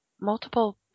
multiple